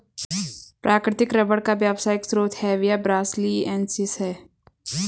प्राकृतिक रबर का व्यावसायिक स्रोत हेविया ब्रासिलिएन्सिस है